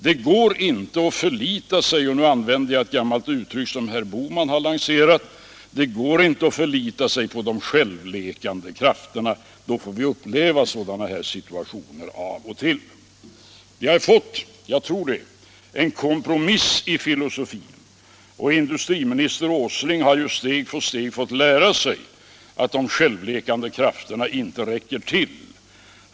Det går inte att förlita sig på — och nu använder jag ett gammalt uttryck som herr Bohman lanserat — de självläkande krafterna. Då får vi uppleva sådana här situationer av och till. Vi har fått — jag tror det — en kompromiss i filosofin, och industriminister Åsling har ju steg för steg fått lära sig att de självläkande krafterna inte räcker till.